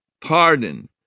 pardon